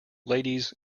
ladies